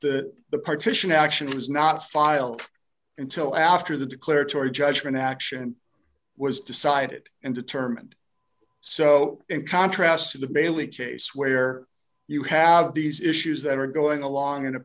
that the partition action was not filed until after the declaratory judgment action was decided and determined so in contrast to the bailey case where you have these issues that are going along in a